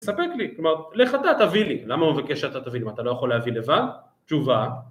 תספק לי, כלומר, לך אתה תביא לי, למה הוא מבקש שאתה תביא לי, מה אתה לא יכול להביא לבד? תשובה